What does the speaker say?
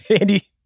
Andy